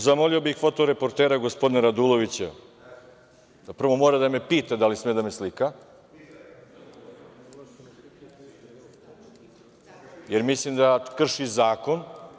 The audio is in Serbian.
Sada, zamolio bih fotoreportera gospodina Radulovića da prvo mora da me pita da li sme da me slika, jer mislim da krši zakon.